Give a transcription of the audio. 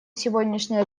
сегодняшняя